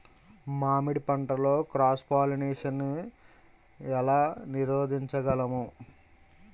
మామిడి పంటలో cross pollination నీ ఏల నీరోధించగలము?